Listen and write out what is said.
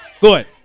good